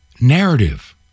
narrative